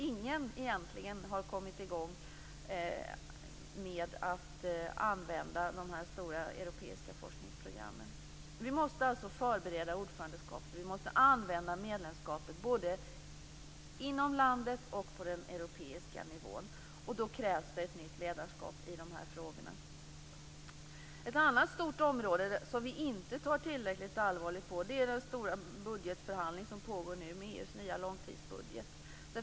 Ingen har egentligen kommit i gång med att använda dessa stora europeiska forskningsprogram. Vi måste alltså förbereda ordförandeskapet och använda medlemskapet både inom landet och på den europeiska nivån. Då krävs det ett nytt ledarskap i de här frågorna. Ett annat stort område som vi inte tar tillräckligt allvarligt gäller den stora budgetförhandling som nu pågår med EU:s nya långtidsbudget.